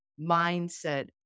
mindset